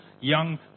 young